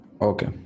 Okay